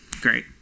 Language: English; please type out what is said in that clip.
great